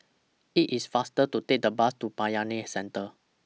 IT IS faster to Take The Bus to Bayanihan Centre